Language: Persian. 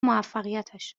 موفقیتاش